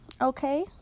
okay